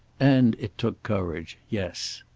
and it took courage. yes.